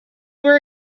were